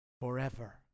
forever